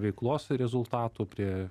veiklos rezultatų prie